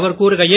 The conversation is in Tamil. அவர் கூறுகையில்